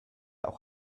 auch